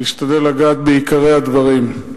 אני אשתדל לגעת בעיקרי הדברים.